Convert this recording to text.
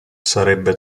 sarebbe